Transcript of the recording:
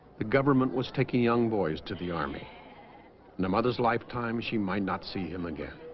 the government was taking young boys to the army and the mother's lifetime she might not see him again